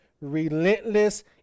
relentless